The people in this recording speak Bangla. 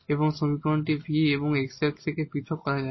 এবং সমীকরণটি এই v এবং x এর ক্ষেত্রে পৃথক করা যায়